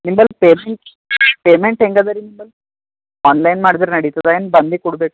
ನಿಮ್ಮಲ್ patient payment ಹೆಂಗೆ ಅದ ರಿ ನಿಮ್ಮಲ್ ಆನ್ಲೈನ್ ಮಾಡಿದ್ರೆ ನಡೀತದ ಏನು ಬಂದು ಕೊಡ್ಬೇಕು